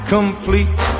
Complete